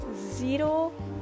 zero